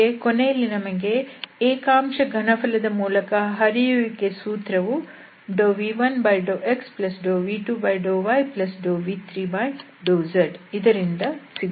ಹೀಗೆ ಕೊನೆಯಲ್ಲಿ ನಮಗೆ ಏಕಾಂಶ ಘನಫಲದ ಮೂಲಕ ಹರಿಯುವಿಕೆಯ ಸೂತ್ರವು v1∂xv2∂yv3∂z ಇದರಿಂದ ಸಿಗುತ್ತದೆ